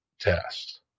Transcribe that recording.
test